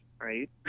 right